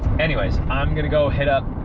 anyways, i'm going to go hit up